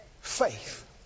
faith